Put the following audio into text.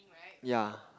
ya